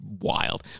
Wild